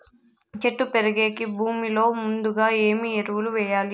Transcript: చెట్టు పెరిగేకి భూమిలో ముందుగా ఏమి ఎరువులు వేయాలి?